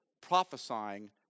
prophesying